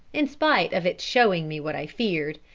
in spite of its showing me what i feared,